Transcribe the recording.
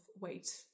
weight